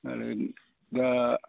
आरो दा